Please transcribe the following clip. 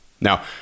Now